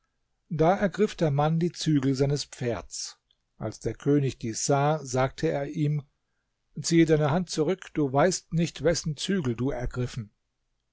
da ergriff der mann die zügel seines pferds als der könig dies sah sagte er ihm ziehe deine hand zurück du weißt nicht wessen zügel du ergriffen